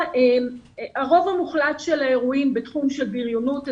הרוב המוחלט של האירועים בתחום של בריונות,